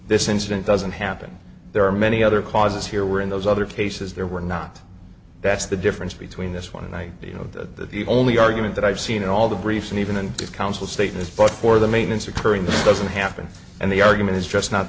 this incident doesn't happen there are many other causes here were in those other cases there were not that's the difference between this one and i you know the only argument that i've seen in all the briefs and even and counsel statements but for the maintenance occurring that doesn't happen and the argument is just not